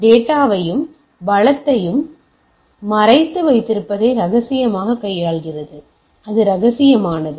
எனவே டேட்டாவையும் வளத்தையும் மறைத்து வைத்திருப்பதை ரகசியமாக கையாள்கிறது எனவே அது ரகசியமானது